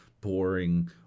boring